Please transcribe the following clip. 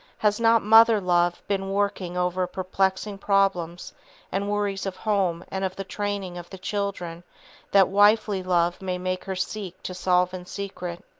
has not mother-love been working over perplexing problems and worries of home and of the training of the children that wifely love may make her seek to solve in secret?